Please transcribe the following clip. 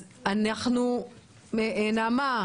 נעמה,